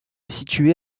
situé